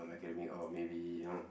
normal academic or maybe you know